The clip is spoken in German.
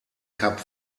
kap